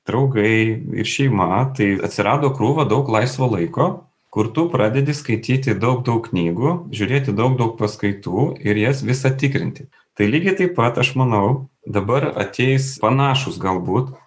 draugai ir šeima tai atsirado krūva daug laisvo laiko kur tu pradedi skaityti daug daug knygų žiūrėti daug daug paskaitų ir jas visa tikrinti tai lygiai taip pat aš manau dabar ateis panašūs galbūt